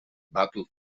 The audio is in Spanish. battle